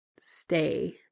stay